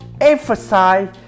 emphasize